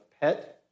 pet